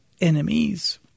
enemies